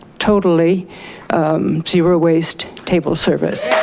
totally zero waste table service.